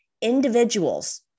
individuals